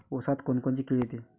ऊसात कोनकोनची किड येते?